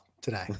today